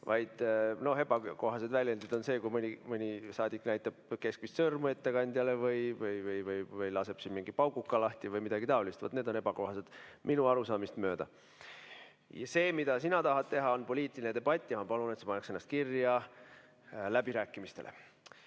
vaid ebakohased väljendid on see, kui mõni saadik näitab keskmist sõrme ettekandjale või laseb siin mingi pauguka lahti või midagi taolist. Vaat need on ebakohased minu arusaamist mööda. See, mida sina tahad teha, on poliitiline debatt, ja ma palun, et sa paneksid ennast kirja läbirääkimistele. Helir-Valdor